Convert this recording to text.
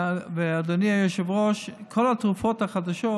אדוני היושב-ראש, כל התרופות החדשות